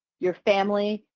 your family,